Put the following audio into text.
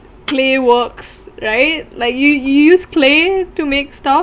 clay works right like you you use clay to make stuff